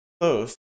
close